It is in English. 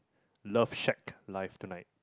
love shag life tonight